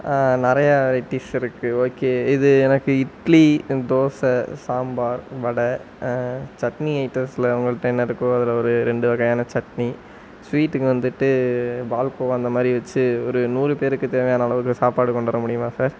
நிறைய வெரைட்டிஸ் இருக்கு ஓகே இது எனக்கு இட்லி தோசை சாம்பார் வடை சட்னி ஐட்டம்ஸில் உங்கள்கிட்ட என்ன இருக்கோ அதில் ஒரு ரெண்டு வகையான சட்னி ஸ்வீட்டுக்கு வந்துவிட்டு பால்கோவா அந்த மாதிரி வச்சு ஒரு நூறு பேருக்கு தேவையான அளவுக்கு சாப்பாடு கொண்டு வர முடியுமா சார்